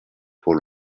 pour